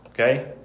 Okay